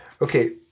Okay